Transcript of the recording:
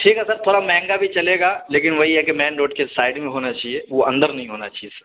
ٹھیک ہے سر تھوڑا مہنگا بھی چلے گا لیکن وہی ہے کہ مین روڈ کے سائڈ میں ہونا چاہیے وہ اندر نہیں ہونا چاہیے سر